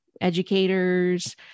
educators